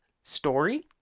story